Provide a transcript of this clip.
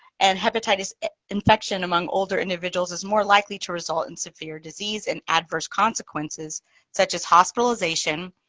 and hepatitis infection among older individuals is more likely to result in severe disease and adverse consequences such as hospitalization,